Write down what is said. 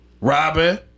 Robin